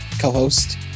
Co-host